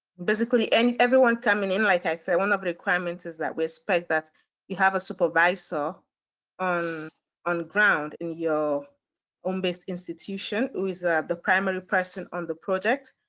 basically and everyone coming in, like i said one of the requirements is that we expect that you have a supervisor on on ground in your own best institution who is ah the primary person on the project.